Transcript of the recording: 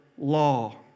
law